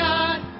God